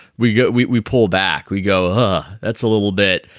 we get we we pull back. we go, huh? that's a little bit.